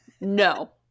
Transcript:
No